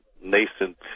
nascent